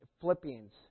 Philippians